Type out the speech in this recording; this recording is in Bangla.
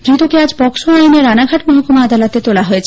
ধৃতকে আজ পকসো আইনে রানাঘাট মহকুমা আদালতে তোলা হয়েছে